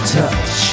touch